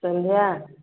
ସନ୍ଧ୍ୟା